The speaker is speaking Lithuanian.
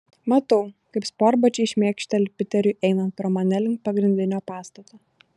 matau kaip sportbačiai šmėkšteli piteriui einant pro mane link pagrindinio pastato